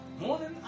morning